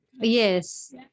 Yes